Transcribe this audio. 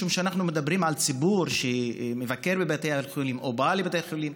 משום שאנחנו מדברים על ציבור שמבקר בבתי החולים או בא לבתי חולים,